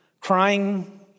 crying